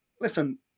listen